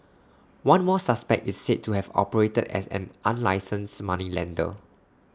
one more suspect is said to have operated as an unlicensed moneylender